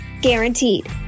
Guaranteed